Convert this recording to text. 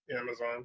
Amazon